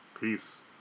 Peace